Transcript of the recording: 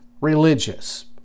religious